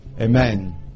Amen